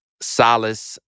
solace